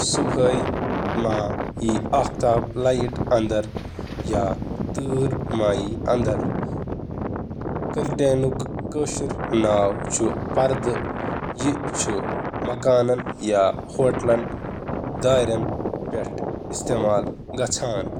شعاع رُکاوٕنۍ یُس ہوٹلن تہٕ گَرَن منٛز استعمال گژھان چھُ۔